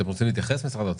אתם רוצים להתייחס, משרד האוצר?